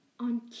On